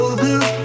blue